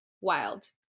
Wild